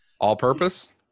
All-purpose